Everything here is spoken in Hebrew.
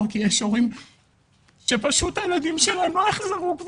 כי יש הורים שפשוט הילדים שלהם לא חזרו.